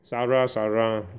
Sara Sara